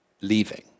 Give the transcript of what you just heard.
leaving